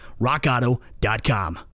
rockauto.com